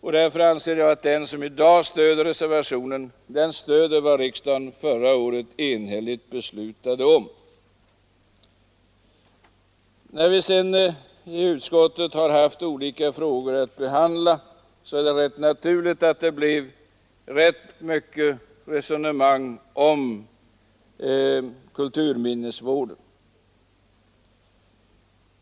Därför anser jag att den som i dag stöder reservationen 28 därmed stöder vad riksdagen förra året enhälligt beslutade om. När vi i utskottet har haft olika frågor att behandla är det rätt naturligt att det har blivit ganska mycket resonemang om kulturminnesvården.